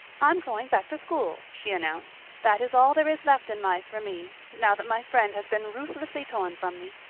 i'm going back to school, she announced. that is all there is left in life for me, now that my friend has been ruthlessly torn from me.